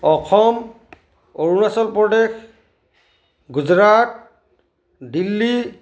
Assam Arunachal Pradesh Gujarat Delhi